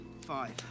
five